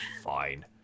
fine